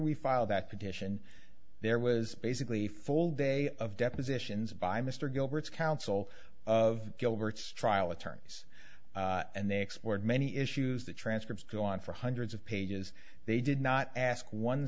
we filed that petition there was basically a full day of depositions by mr gilbert's counsel of gilbert's trial attorneys and they explored many issues the transcripts go on for hundreds of pages they did not ask one